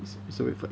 it's a red flag